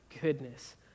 goodness